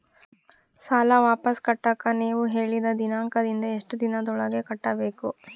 ಸಾಲ ವಾಪಸ್ ಕಟ್ಟಕ ನೇವು ಹೇಳಿದ ದಿನಾಂಕದಿಂದ ಎಷ್ಟು ದಿನದೊಳಗ ಕಟ್ಟಬೇಕು?